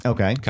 Okay